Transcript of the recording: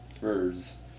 furs